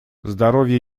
здоровье